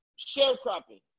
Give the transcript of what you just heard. sharecropping